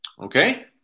Okay